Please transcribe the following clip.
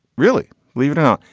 really? leave it out.